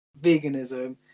veganism